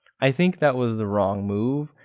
i think that was the wrong move.